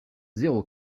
zéro